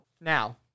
now